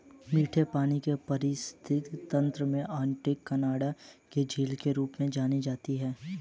मीठे पानी का पारिस्थितिकी तंत्र में ओंटारियो कनाडा में झील के रूप में जानी जाती है